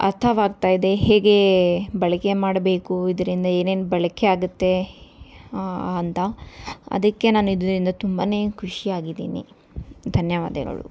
ಅರ್ಥವಾಗ್ತಾ ಇದೆ ಹೇಗೆ ಬಳಕೆ ಮಾಡಬೇಕು ಇದರಿಂದ ಏನೇನು ಬಳಕೆಯಾಗುತ್ತೆ ಅಂತ ಅದಕ್ಕೆ ನಾನು ಇದರಿಂದ ತುಂಬಾ ಖುಷಿಯಾಗಿದ್ದೀನಿ ಧನ್ಯವಾದಗಳು